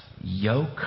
yoke